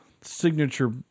signature